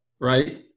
Right